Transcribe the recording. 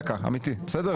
בסדר,